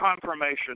confirmation